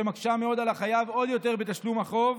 שמקשה על החייב עוד יותר בתשלום החוב,